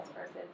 versus